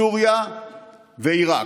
סוריה ועיראק,